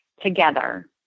together